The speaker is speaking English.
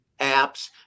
apps